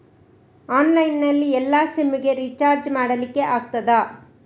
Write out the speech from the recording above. Online ನಲ್ಲಿ ಎಲ್ಲಾ sim ಗೆ ರಿಚಾರ್ಜ್ ಮಾಡಲಿಕ್ಕೆ ಆಗ್ತದಾ?